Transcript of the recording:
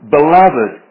Beloved